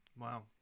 wow